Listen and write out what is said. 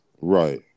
Right